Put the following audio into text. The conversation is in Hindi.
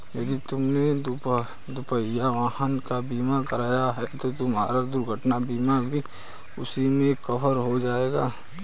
यदि तुमने दुपहिया वाहन का बीमा कराया है तो तुम्हारा दुर्घटना बीमा भी उसी में कवर हो जाएगा